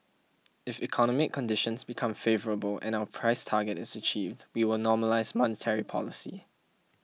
if economic conditions become favourable and our price target is achieved we will normalise monetary policy